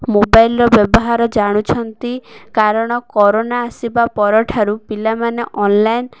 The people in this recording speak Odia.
ମୋବାଇଲର ବ୍ୟବହାର ଜାଣୁଛନ୍ତି କାରଣ କରୋନା ଆସିବା ପରଠାରୁ ପିଲାମାନେ ଅନଲାଇନ୍